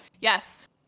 yes